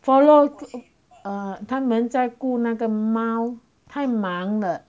follow err 他们在顾那个猫太忙了